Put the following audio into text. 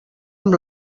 amb